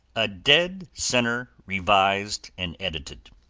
a dead sinner revised and edited.